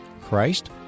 Christ